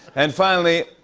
and finally,